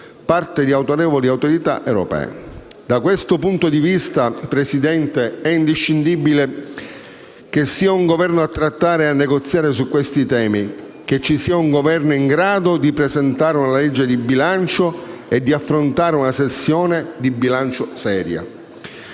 parte di autorevoli autorità europee. Da questo punto di vista, è imprescindibile che ci sia un Governo a trattare e a negoziare su questi temi, e sia in grado di presentare una legge di bilancio e di affrontare una sessione di bilancio seria.